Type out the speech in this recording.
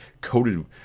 coated